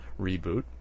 reboot